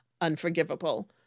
unforgivable